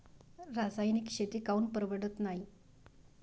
रासायनिक शेती काऊन परवडत नाई?